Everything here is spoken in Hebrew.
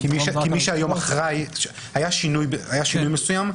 היה שינוי מסוים,